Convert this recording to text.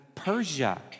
Persia